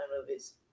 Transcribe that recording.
movies